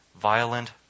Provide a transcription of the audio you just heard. violent